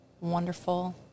wonderful